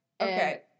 Okay